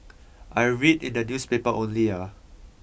I read in the newspaper only ah